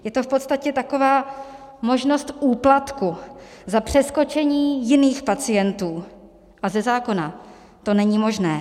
Je to v podstatě taková možnost úplatku za přeskočení jiných pacientů a ze zákona to není možné.